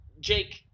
Jake